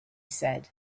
said